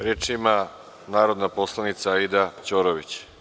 Reč ima narodna poslanica Aida Ćorović.